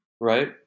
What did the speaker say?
right